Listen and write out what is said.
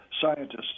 scientists